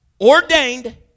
ordained